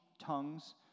tongues